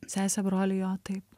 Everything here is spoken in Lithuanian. sesę brolį jo taip